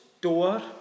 door